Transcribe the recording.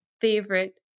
favorite